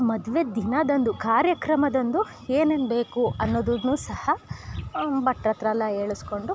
ಮದುವೆ ದಿನದಂದು ಕಾರ್ಯಕ್ರಮದಂದು ಏನೇನು ಬೇಕು ಅನೋದನ್ನು ಸಹ ಭಟ್ರಹತ್ರ ಎಲ್ಲ ಹೇಳಿಸ್ಕೊಂಡು